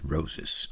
Roses